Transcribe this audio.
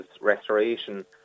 restoration